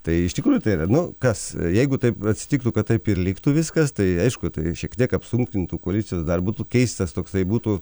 tai iš tikrųjų tai yra nu kas jeigu taip atsitiktų kad taip ir liktų viskas tai aišku tai šiek tiek apsunkintų koalicijos dar būtų keistas toksai būtų